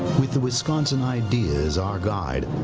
with the wisconsin idea as our guide,